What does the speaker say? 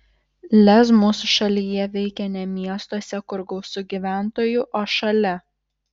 lez mūsų šalyje veikia ne miestuose kur gausu gyventojų o šalia